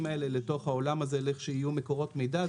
האלה לתוך העולם הזה לכשיהיו מקורות מידע.